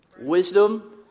Wisdom